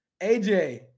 AJ